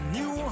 New